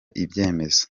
ibyemezo